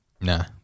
nah